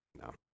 No